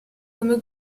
come